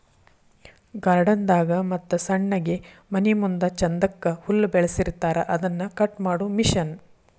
garden ದಾಗ ಮತ್ತ ಸಣ್ಣಗೆ ಮನಿಮುಂದ ಚಂದಕ್ಕ ಹುಲ್ಲ ಬೆಳಸಿರತಾರ ಅದನ್ನ ಕಟ್ ಮಾಡು ಮಿಷನ್